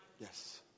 Yes